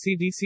CDC